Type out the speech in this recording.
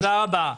תודה רבה.